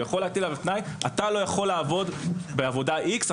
הוא יכול להטיל עליו תנאי: אתה לא יכול לעבוד בעבודה X;